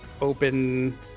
open